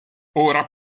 ora